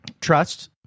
Trust